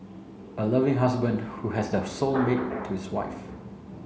a loving husband who has the soul mate to his wife